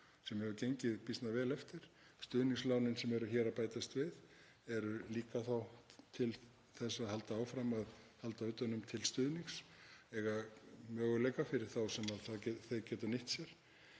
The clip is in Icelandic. sem hefur gengið býsna vel eftir. Stuðningslánin sem eru hér að bætast við eru líka til þess að halda áfram að halda utan um og vera til stuðnings, vera möguleiki fyrir þá sem geta nýtt sér